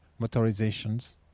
motorizations